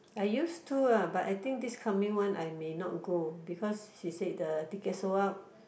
I used to ah but I think this coming one I may not go because she say the ticket sold out